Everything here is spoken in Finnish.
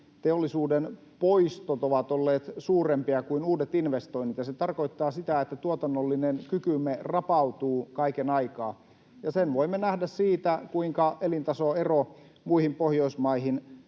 teollisuuden poistot ovat olleet suurempia kuin uudet investoinnit, ja se tarkoittaa sitä, että tuotannollinen kykymme rapautuu kaiken aikaa. Sen voimme nähdä siitä, kuinka elintasoero muihin Pohjoismaihin